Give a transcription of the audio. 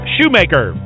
Shoemaker